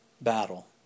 battle